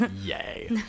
Yay